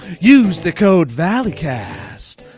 use the code valleycast.